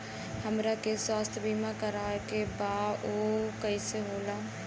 हमरा के स्वास्थ्य बीमा कराए के बा उ कईसे होला?